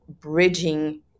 bridging